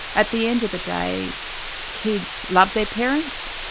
at the end of the day kids love their parents,